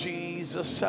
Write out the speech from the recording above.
Jesus